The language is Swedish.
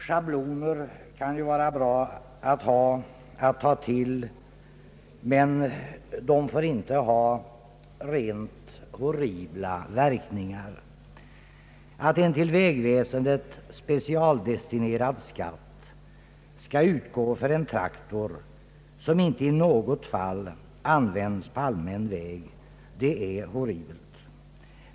Schabloner kan ju vara bra att ta till, men de får inte ha rent horribla verkningar. Att en till vägväsendet specialdestinerad skatt skall utgå för en traktor som inte i något fall används på allmän väg är horribelt.